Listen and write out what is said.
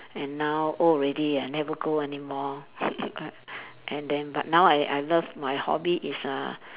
and now old already I never go anymore uh and then but now I I love my hobby is uh